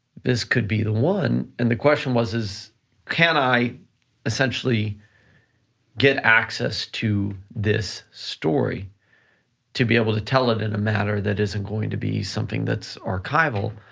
this could be the one and the question was, can i essentially get access to this story to be able to tell it in a manner that isn't going to be something that's archival?